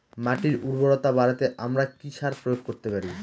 মাটির উর্বরতা বাড়াতে আমরা কি সার প্রয়োগ করতে পারি?